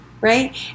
right